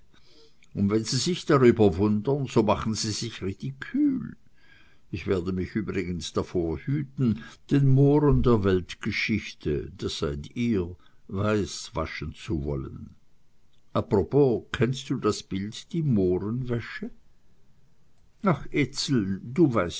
und wenn sie sich darüber wundern so machen sie sich ridikül ich werde mich übrigens davor hüten den mohren der weltgeschichte das seid ihr weiß waschen zu wollen apropos kennst du das bild die mohrenwäsche ach ezel du weißt